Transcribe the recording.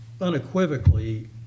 unequivocally